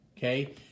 Okay